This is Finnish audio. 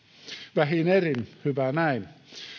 vähin erin hyvä näin